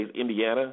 Indiana